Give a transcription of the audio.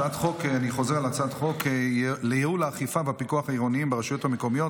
על הצעת חוק לייעול האכיפה והפיקוח העירוניים ברשויות המקומיות